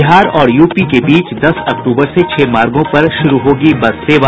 बिहार और यूपी के बीच दस अक्टूबर से छह मार्गों पर शुरू होगी बस सेवा